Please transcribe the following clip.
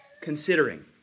considering